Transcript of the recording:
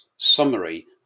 summary